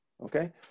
okay